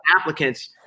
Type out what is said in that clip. applicants